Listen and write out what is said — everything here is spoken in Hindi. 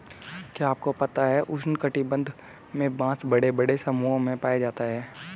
क्या आपको पता है उष्ण कटिबंध में बाँस बड़े बड़े समूहों में पाया जाता है?